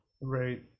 Right